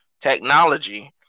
technology